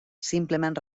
simplement